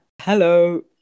hello